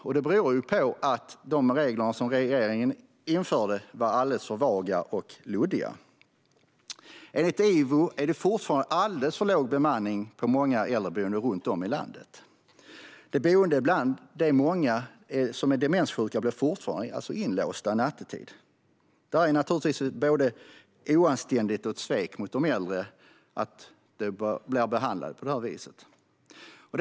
Detta beror på att de regler som regeringen införde är alldeles för vaga och luddiga. Enligt IVO är det fortfarande alldeles för låg bemanning på många äldreboenden runt om i landet. De boende, bland dem många demenssjuka, blir fortfarande inlåsta nattetid. Det är naturligtvis både oanständigt och ett svek mot de äldre att de behandlas på detta vis. Fru talman!